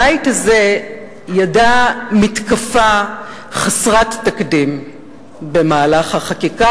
הבית הזה ידע מתקפה חסרת תקדים במהלך החקיקה,